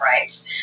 rights